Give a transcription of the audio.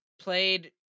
played